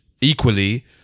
Equally